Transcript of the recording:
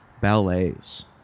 ballets